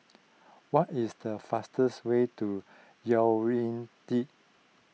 what is the faster way to Yaounde